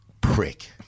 prick